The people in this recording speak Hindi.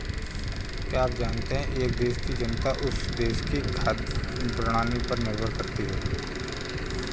क्या आप जानते है एक देश की जनता उस देश की खाद्य प्रणाली पर निर्भर करती है?